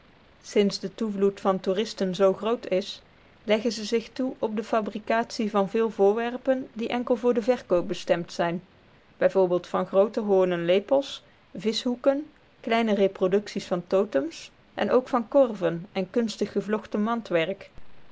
sinds de toevloed van toeristen zoo groot is leggen ze zich toe op de fabricatie van veel voorwerpen die enkel voor den verkoop bestemd zijn bijv van groote hoornen lepels vischhoeken kleine reproducties van totems en ook van korven en kunstig gevlochten